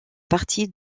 partie